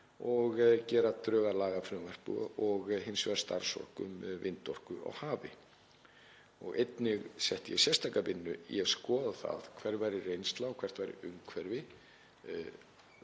og gera drög að lagafrumvarpi, og hins vegar starfshóp um vindorku á hafi. Einnig setti ég sérstaka vinnu í að skoða það hver væri reynsla og umhverfi